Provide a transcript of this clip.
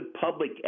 public